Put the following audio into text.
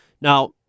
Now